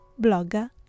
blogger